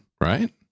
right